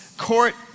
Court